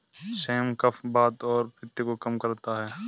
same कफ, वात और पित्त को कम करता है